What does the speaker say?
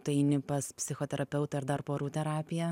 tu eini pas psichoterapeutą ar dar porų terapiją